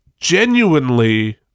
genuinely